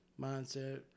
Mindset